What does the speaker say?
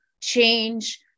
change